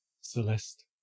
Celeste